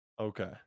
Okay